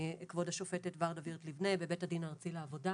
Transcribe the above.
כבוד השופטת ורדה וירט לבנה בבית הדין הארצי לעבודה.